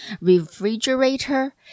refrigerator